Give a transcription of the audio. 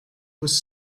was